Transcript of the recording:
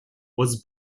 was